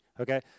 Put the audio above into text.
okay